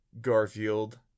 Garfield